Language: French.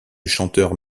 chanteur